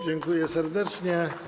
Dziękuję serdecznie.